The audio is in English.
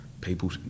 People